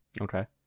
Okay